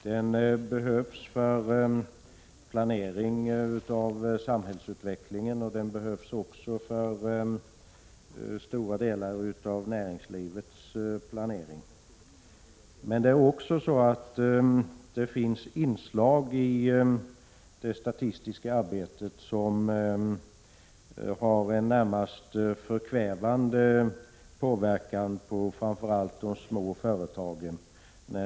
Den behövs för planering av samhällsutvecklingen liksom också för stora delar av näringslivets verksamhet. Men vissa inslag i det statistiska arbetet har på grund av det påtvingade uppgiftslämnandet en närmast förkvävande inverkan på framför allt de små företagen.